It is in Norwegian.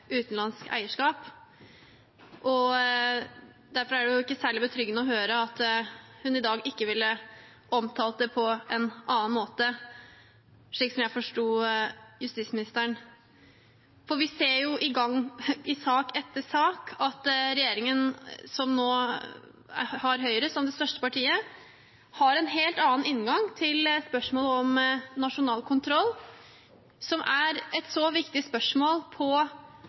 Derfor er det ikke særlig betryggende å høre at hun i dag ikke ville ha omtalt det på en annen måte, slik jeg forsto justisministeren. Vi ser i sak etter sak at regjeringen som nå har Høyre som det største partiet, har en helt annen inngang til spørsmålet om nasjonal kontroll, som på mange fronter er et så viktig spørsmål